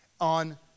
on